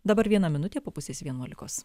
dabar viena minutė po pusės vienuolikos